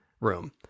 room